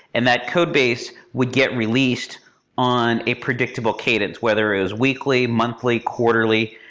and that codebase would get released on a predictable cadence, whether it is weekly, monthly, quarterly.